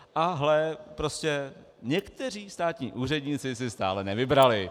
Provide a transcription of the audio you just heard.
A hle někteří státní úředníci si stále nevybrali.